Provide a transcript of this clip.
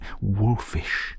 wolfish